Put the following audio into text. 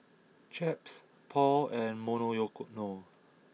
Chaps Paul and Monoyono